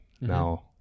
now